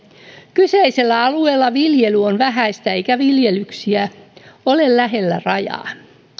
kyseisellä alueella viljely on vähäistä eikä viljelyksiä ole lähellä rajaa